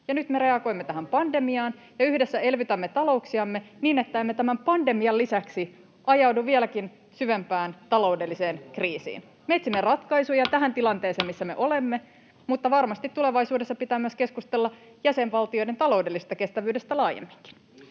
nyt me reagoimme tähän pandemiaan ja yhdessä elvytämme talouksiamme niin, että emme tämän pandemian lisäksi ajaudu vieläkin syvempään taloudelliseen kriisiin. Me etsimme ratkaisuja tähän tilanteeseen, missä me olemme, mutta varmasti tulevaisuudessa pitää keskustella myös jäsenvaltioiden taloudellisesta kestävyydestä laajemminkin.